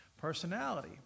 personality